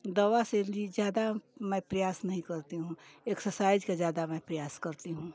दवा से भी ज्यादा मैं प्रयास नहीं करती हूँ एक्सरसाइज का ज्यादा मैं प्रयास करती हूँ